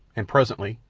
and presently,